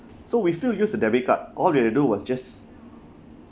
so we still use a debit card all we have to do was just